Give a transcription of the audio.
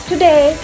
Today